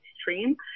stream